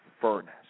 furnace